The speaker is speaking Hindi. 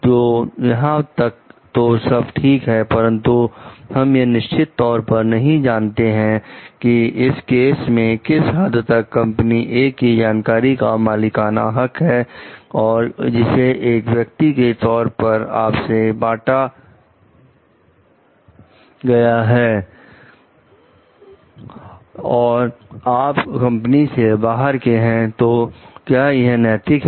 तो यहां तक तो सब ठीक है परंतु हम यह निश्चित तौर पर नहीं जानते हैं कि इस केस में किस हद तक कंपनी ए की जानकारी का मालिकाना हक है और जिसे एक व्यक्ति के तौर पर आपसे बांटा गया है और आप कंपनी से बाहर के हैं तो क्या यह नैतिक है